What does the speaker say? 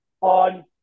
on